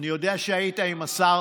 אני יודע שהיית עם השר.